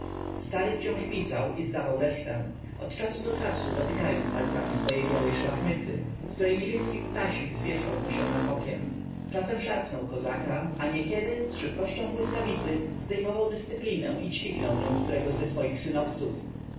stary wciąż pisał i zdawał resztę od czasu do czasu dotykając palcami swojej białej szlafmycy której niebieski kutasik zwieszał mu się nad okiem czasem szarpnął kozaka a niekiedy szybkością błyskawicy zdejmował dyscyplinę i ćwiknął nią którego ze swych synowców